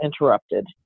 interrupted